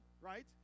right